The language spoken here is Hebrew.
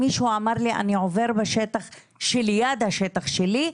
מישהו אמר לי אני עובר בשטח שליד השטח שלי,